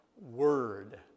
word